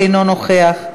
אינו נוכח,